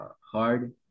hard